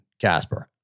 Casper